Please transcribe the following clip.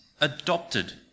adopted